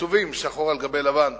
כתובים שחור על גבי לבן,